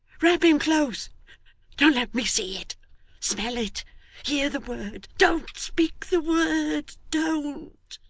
wrap him close don't let me see it smell it hear the word. don't speak the word don't